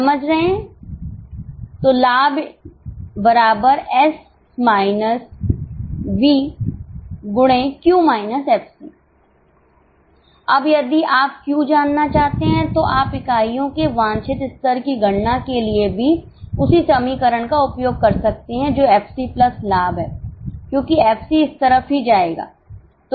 तो लाभ Q FC अब यदि आप Q जानना चाहते हैं तो आप इकाइयों के वांछित स्तर की गणना के लिए भी उसी समीकरण का उपयोग कर सकते हैं जो एफसी प्लस लाभ है क्योंकि एफसी इस तरफ ही जाएगा